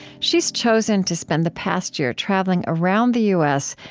she's chosen to spend the past year traveling around the u s.